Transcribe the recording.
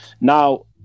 Now